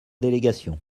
délégation